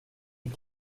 est